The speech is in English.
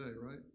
right